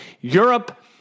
Europe